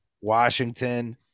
Washington